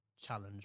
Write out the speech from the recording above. challenge